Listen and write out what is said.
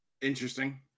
interesting